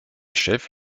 chef